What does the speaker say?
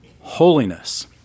holiness